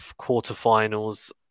Quarterfinals